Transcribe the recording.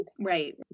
Right